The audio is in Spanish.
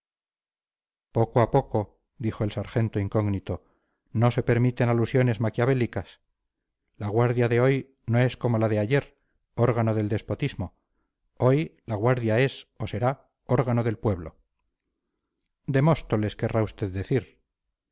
poco a poco dijo el sargento incógnito no se permiten alusiones maquiavélicas la guardia de hoy no es como la de ayer órgano del despotismo hoy la guardia es o será órgano del pueblo de móstoles querrá usted decir